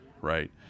right